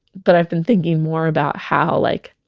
but i've been thinking more about how like